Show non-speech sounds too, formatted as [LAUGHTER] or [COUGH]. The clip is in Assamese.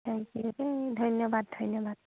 [UNINTELLIGIBLE] ধন্যবাদ ধন্যবাদ